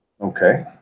Okay